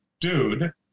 dude